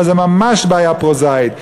אבל זה ממש בעיה פרוזאית.